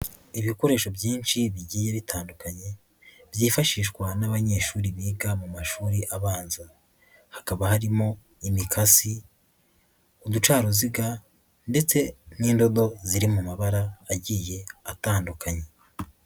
Ibikoresho byinshi bigiye bitandukanye byifashishwa n'abanyeshuri biga mu mashuri abanza, hakaba harimo imikasi, uducaruziga ndetse n'indodo ziri mu mabara agiye atandukanye.